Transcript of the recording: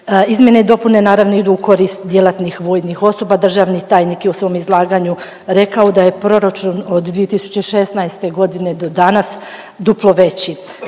Izmjene i dopune naravno idu u korist djelatnih vojnih osoba. Državni tajnik je u svom izlaganju rekao da je proračun od 2016. godine do danas duplo veći.